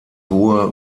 hohe